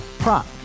Prop